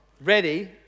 ready